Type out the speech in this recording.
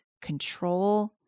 control